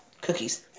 Cookies